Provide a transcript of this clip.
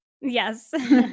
Yes